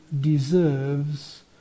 deserves